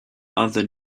other